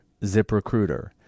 ZipRecruiter